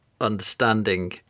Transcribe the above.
understanding